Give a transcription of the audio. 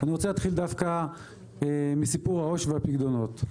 ורוצה להתחיל דווקא מסיפור העו"ש והפיקדונות.